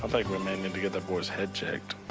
ah think we may need to get that boy's head checked.